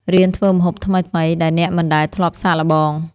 រៀនធ្វើម្ហូបថ្មីៗ ដែលអ្នកមិនដែលធ្លាប់សាកល្បង។